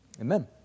amen